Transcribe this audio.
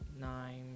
Nine